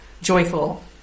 joyful